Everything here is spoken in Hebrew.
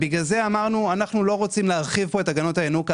בגלל זה אמרנו שאנחנו לא רוצים להרחיב את הגנות הינוקא,